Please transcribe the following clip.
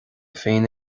féin